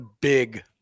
big